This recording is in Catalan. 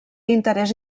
interés